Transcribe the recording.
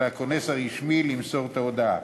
הכונס הרשמי למסור את ההודעה.